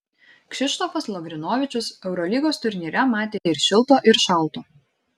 kšištofas lavrinovičius eurolygos turnyre matė ir šilto ir šalto